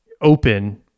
open